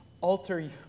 alter